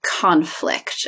conflict